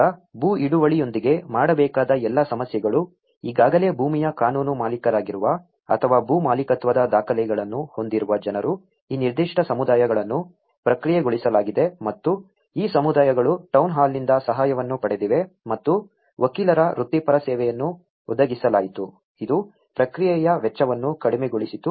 ಈಗ ಭೂ ಹಿಡುವಳಿಯೊಂದಿಗೆ ಮಾಡಬೇಕಾದ ಎಲ್ಲಾ ಸಮಸ್ಯೆಗಳು ಈಗಾಗಲೇ ಭೂಮಿಯ ಕಾನೂನು ಮಾಲೀಕರಾಗಿರುವ ಅಥವಾ ಭೂ ಮಾಲೀಕತ್ವದ ದಾಖಲೆಗಳನ್ನು ಹೊಂದಿರುವ ಜನರು ಈ ನಿರ್ದಿಷ್ಟ ಸಮುದಾಯಗಳನ್ನು ಪ್ರಕ್ರಿಯೆಗೊಳಿಸಲಾಗಿದೆ ಮತ್ತು ಈ ಸಮುದಾಯಗಳು ಟೌನ್ ಹಾಲ್ನಿಂದ ಸಹಾಯವನ್ನು ಪಡೆದಿವೆ ಮತ್ತು ವಕೀಲರ ವೃತ್ತಿಪರ ಸೇವೆಯನ್ನು ಒದಗಿಸಲಾಯಿತು ಇದು ಪ್ರಕ್ರಿಯೆಯ ವೆಚ್ಚವನ್ನು ಕಡಿಮೆಗೊಳಿಸಿತು